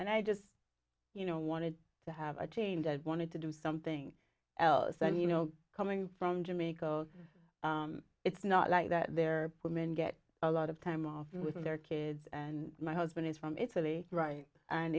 and i just you know wanted to have a change i wanted to do something else and you know coming from jamaica it's not like that there women get a lot of time off with their kids and my husband is from italy right and